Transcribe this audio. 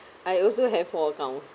I also have four accounts